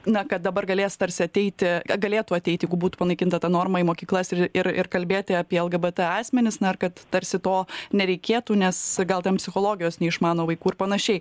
na kad dabar galės tarsi ateiti galėtų ateiti jeigu būtų panaikinta ta norma į mokyklas ir ir kalbėti apie lgbt asmenis na kad tarsi to nereikėtų nes gal ten psichologijos neišmano vaikų ir panašiai